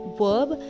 verb